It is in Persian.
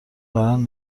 دارن